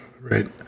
right